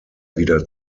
wieder